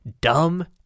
Dumb